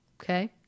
okay